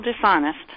dishonest